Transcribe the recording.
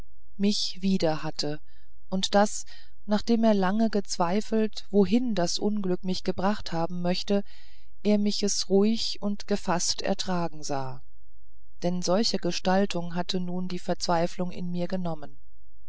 mich wieder hatte und daß nachdem er lang gezweifelt wohin das unglück mich gebracht haben möchte er mich es ruhig und gefaßt ertragen sah denn solche gestaltung hatte nun die verzweiflung in mir genommen